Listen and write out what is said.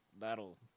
that'll